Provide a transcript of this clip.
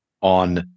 on